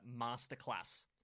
Masterclass